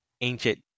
ancient